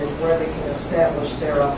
where they can establish their